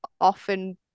often